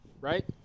right